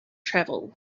travel